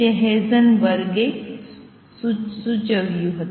જે હેઝનબર્ગ સૂચવે છે